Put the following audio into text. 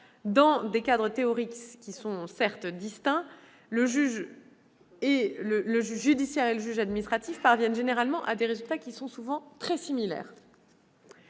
dans des cadres théoriques certes distincts, le juge judiciaire et le juge administratif parviennent généralement à des résultats très similaires.